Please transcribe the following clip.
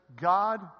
God